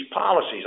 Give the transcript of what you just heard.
policies